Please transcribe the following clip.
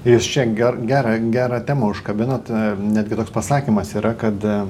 jūs čia ger gerą gerą temą užkabinot netgi toks pasakymas yra kad